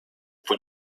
for